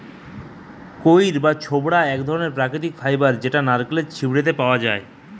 কইর বা ছোবড়া এক ধরণের প্রাকৃতিক ফাইবার যেটা নারকেলের ছিবড়ে তে পাওয়া যায়টে